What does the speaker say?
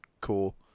cool